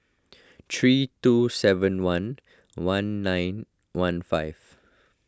three two seven one one nine one five